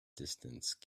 distance